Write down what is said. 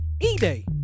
E-Day